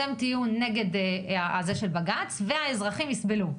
אתם תהיו נגד הזה של בג"ץ והאזרחים יסבלו.